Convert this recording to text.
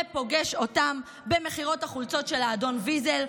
זה פוגש אותם במכירת החולצות של האדון ויזל,